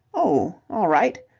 oh, all right.